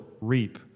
reap